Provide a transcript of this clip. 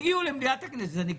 הוא עוד לא קיבל את מנת השלטון שלו,